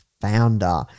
Founder